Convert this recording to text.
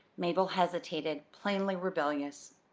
mabel hesitated, plainly rebellious.